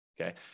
okay